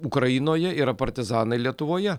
ukrainoje yra partizanai lietuvoje